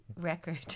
record